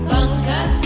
Bunker